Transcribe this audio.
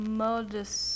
modus